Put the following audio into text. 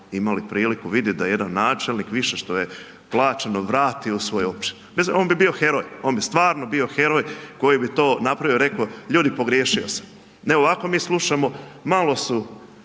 imali priliku vidjeti da jedan načelnik, više što je plaćeno vratio svojoj općini. On bi bio heroj, on bi stvarno bio heroj koji bi to napravio i rekao, ljudi pogriješio sam. Ne, ovako mi slušamo, malo su